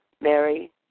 Mary